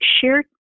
Shared